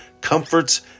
comforts